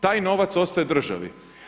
Taj novac ostaje državi.